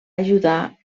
ajudar